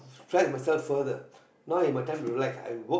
stretch myself further now is my time to relax I work